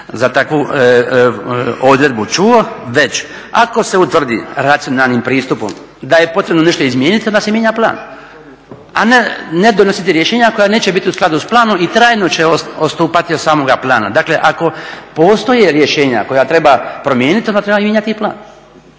za takvu odredbu čuo, već ako se utvrdi racionalnim pristupom da je potrebno nešto izmijeniti, onda se mijenja plan, a ne donositi rješenja koja neće biti u skladu s planom i trajno će odstupati od samoga plana. Dakle, ako postoje rješenja koja treba promijeniti, onda treba mijenjati i plan,